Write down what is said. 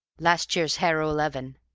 last year's harrow eleven.